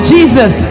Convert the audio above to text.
Jesus